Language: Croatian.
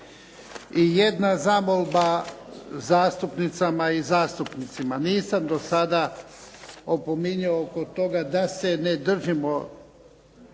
I jedna zamolba zastupnicama i zastupnicima. Nisam do sada opominjao oko toga da se ne držimo